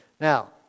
Now